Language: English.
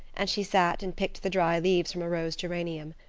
and she sat and picked the dry leaves from a rose geranium.